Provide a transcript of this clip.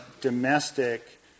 domestic